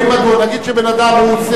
נגיד שבן-אדם הוא סנילי,